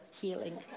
healing